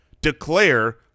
declare